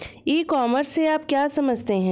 E commerce से आप क्या समझते हैं?